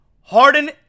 Harden